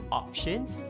options